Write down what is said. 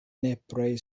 nepre